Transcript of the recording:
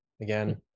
again